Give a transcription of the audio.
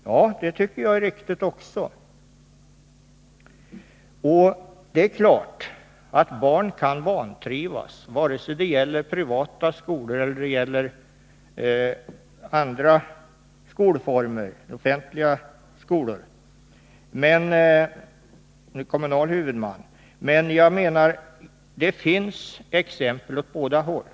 Ja, det tycker jag också är riktigt. Det är klart att barn kan vantrivas i privatskolor lika väl som i skolor med kommunal huvudman — det finns exempel på båda hållen.